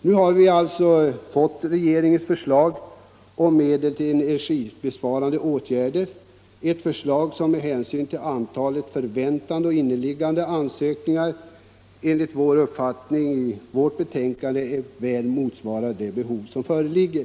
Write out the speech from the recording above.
Nu har vi alltså fått regeringens förslag om medel för energibesparande åtgärder inom bostadsbeståndet, ett förslag som med hänsyn till antalet förväntade och inneliggande ansökningar enligt den uppfattning, som vi inom utskottsmajoriteten redovisar i betänkandet, väl motsvarar behovet.